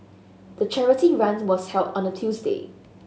the charity run was held on a Tuesday